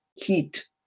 heat